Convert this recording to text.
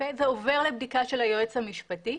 זה עובר לבדיקה של היועץ המשפטי,